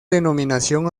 denominación